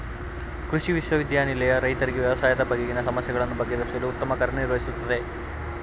ಕೃಷಿ ವಿಶ್ವವಿದ್ಯಾನಿಲಯ ರೈತರಿಗೆ ವ್ಯವಸಾಯದ ಬಗೆಗಿನ ಸಮಸ್ಯೆಗಳನ್ನು ಬಗೆಹರಿಸುವಲ್ಲಿ ಉತ್ತಮ ಕಾರ್ಯ ನಿರ್ವಹಿಸುತ್ತಿದೆ